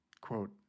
quote